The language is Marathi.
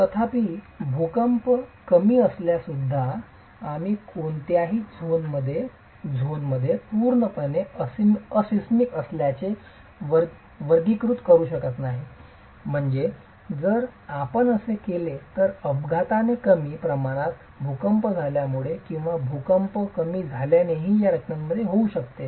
तथापि भूकंप कमी असल्याससुद्धा आम्ही कोणत्याही झोन पूर्णपणे एसिस्मिक असल्याचे वर्गीकृत करू शकत नाही म्हणजेच जर आपण असे केले तर अपघाताने कमी प्रमाणात भूकंप झाल्यामुळे किंवा भूकंप कमी झाल्यानेही या रचनांमध्ये येऊ शकते